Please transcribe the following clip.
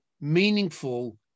meaningful